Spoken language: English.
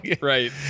Right